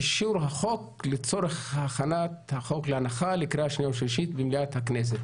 אישור החוק לצורך הכנת החוק להנחה לקריאה שנייה ושלישית במליאת הכנסת.